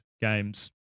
games